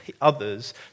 others